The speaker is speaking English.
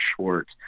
short